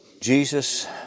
Jesus